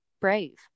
Brave